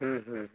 হুম হুম হুম